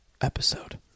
episode